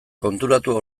konturatu